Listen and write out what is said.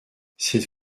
cette